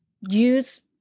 use